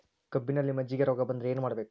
ಕಬ್ಬಿನಲ್ಲಿ ಮಜ್ಜಿಗೆ ರೋಗ ಬಂದರೆ ಏನು ಮಾಡಬೇಕು?